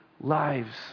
lives